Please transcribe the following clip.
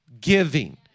giving